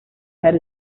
head